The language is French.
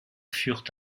furent